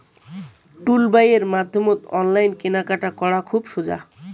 টুলবাইয়ের মাধ্যমত অনলাইন কেনাকাটা করা খুব সোজা